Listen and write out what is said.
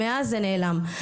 מאז זה נעלם.